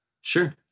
Sure